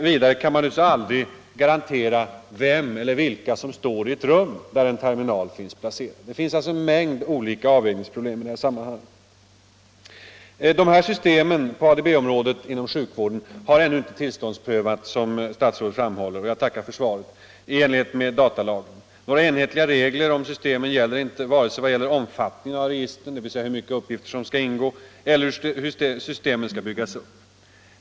Vidare kan man aldrig garantera vem eller vilka som befinner sig i de rum där terminalerna är placerade. Det finns alltså en mängd olika avvägningsproblem i detta sammanhang. Sjukvårdens system inom ADB-området har, som statsrådet framhöll — jag tackar för svaret — ännu inte tillståndsprövats i enlighet med datalagen. Några enhetliga regler finns inte för systemen, vare sig när det gäller registrens omfattning, dvs. hur mycket uppgifter som skall ingå, eller hur systemen skall byggas upp.